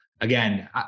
again